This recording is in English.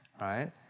right